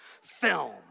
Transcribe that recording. film